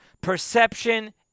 perception